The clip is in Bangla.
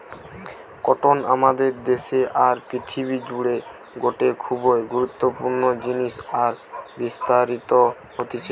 কটন আমাদের দেশে আর পৃথিবী জুড়ে গটে খুবই গুরুত্বপূর্ণ জিনিস আর বিস্তারিত হতিছে